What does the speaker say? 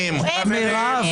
מירב,